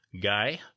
guy